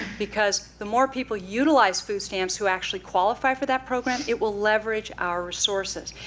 because the more people utilize food stamps who actually qualify for that program, it will leverage our resources.